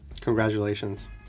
Congratulations